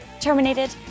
Terminated